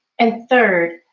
and third,